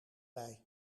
bij